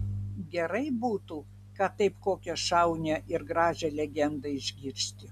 gerai būtų kad taip kokią šaunią ir gražią legendą išgirsti